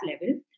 level